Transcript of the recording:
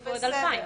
הוסיפו עוד אלפיים.